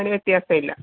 അതിന് വ്യത്യാസമില്ല